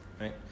Right